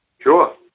Sure